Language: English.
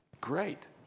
Great